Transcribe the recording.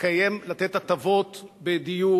לתת הטבות בדיור,